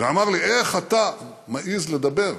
ואמר לי: איך אתה מעז לדבר?